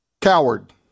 Coward